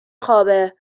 خوابه